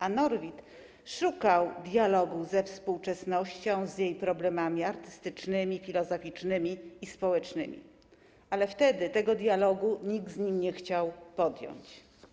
A Norwid szukał dialogu ze współczesnością, z jej problemami artystycznymi, filozoficznymi i społecznymi, ale wtedy tego dialogu nikt z nim nie chciał podjąć.